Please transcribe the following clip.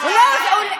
אל תפריע לי.